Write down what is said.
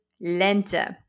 lente